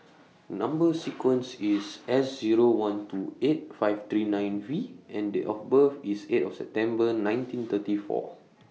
Number sequence IS S Zero one two eight five three nine V and Date of birth IS eight of September nineteen thirty four